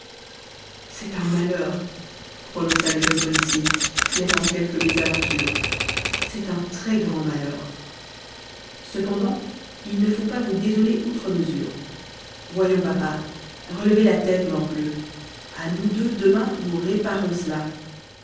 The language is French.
c'est un malheur prononça le jeune policier flairant quelque mésaventure c'est un très-grand malheur cependant il ne faut pas vous désoler outre mesure voyons papa relevez la tête morbleu à nous deux demain nous réparerons cela